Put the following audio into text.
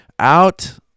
Out